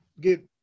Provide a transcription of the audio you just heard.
get